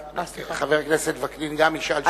חבר הכנסת וקנין גם ישאל שאלה.